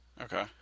Okay